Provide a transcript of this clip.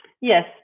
Yes